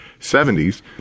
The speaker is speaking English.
70s